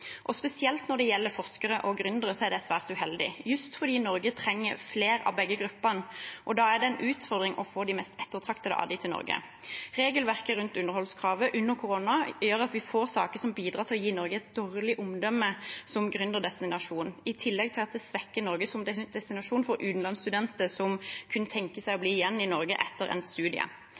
Spesielt når det gjelder forskere og gründere, er det svært uheldig, just fordi Norge trenger flere av begge gruppene, og da er det en utfordring å få de mest ettertraktede av dem til Norge. Regelverket rundt underholdskravet under korona gjør at vi får saker som bidrar til å gi Norge et dårlig omdømme som gründerdestinasjon, i tillegg til at det svekker Norge som destinasjon for utenlandske studenter som kunne tenke seg å bli igjen i Norge etter